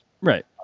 Right